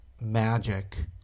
magic